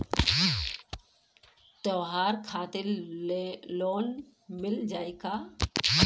त्योहार खातिर लोन मिल जाई का?